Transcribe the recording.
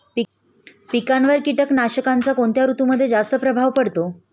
पिकांवर कीटकनाशकांचा कोणत्या ऋतूमध्ये जास्त प्रभाव पडतो?